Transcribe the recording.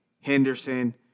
Henderson